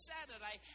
Saturday